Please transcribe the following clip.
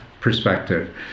perspective